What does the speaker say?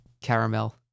caramel